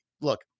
Look